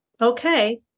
Okay